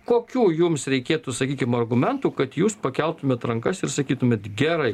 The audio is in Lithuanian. kokių jums reikėtų sakykim argumentų kad jūs pakeltumėt rankas ir sakytumėt gerai